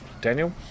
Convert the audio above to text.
Daniel